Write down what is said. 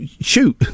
shoot